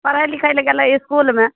पढ़ै लिखै लऽ गेलै इसकुलमे